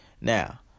Now